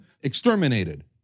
exterminated